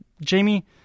Jamie